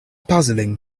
puzzling